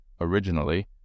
Originally